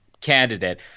candidate